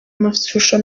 amashusho